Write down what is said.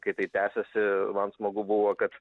kai tai tęsiasi man smagu buvo kad